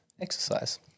exercise